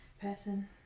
person